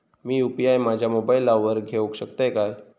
मी UPI माझ्या मोबाईलावर घेवक शकतय काय?